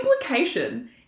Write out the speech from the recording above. implication